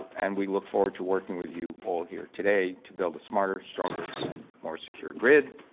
and we look forward to working with you all here today to build a smarter, stronger and more secure grid,